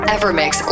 Evermix